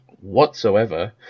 Whatsoever